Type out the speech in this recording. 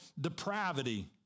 depravity